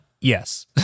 Yes